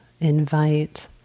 invite